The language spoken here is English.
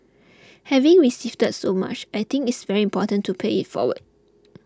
having received so much I think it's very important to pay it forward